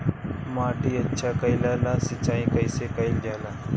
माटी अच्छा कइला ला सिंचाई कइसे कइल जाला?